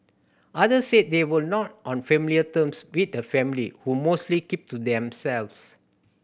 others said they were not on familiar terms with the family who mostly kept to themselves